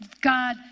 God